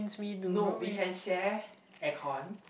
no we can share air con